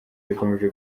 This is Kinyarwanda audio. rikomeje